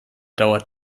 dauert